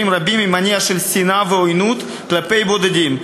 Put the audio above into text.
רבים ממניע של שנאה ועוינות כלפי בודדים,